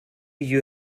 you